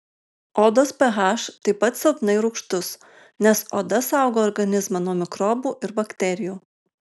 odos ph taip pat silpnai rūgštus nes oda saugo organizmą nuo mikrobų ir bakterijų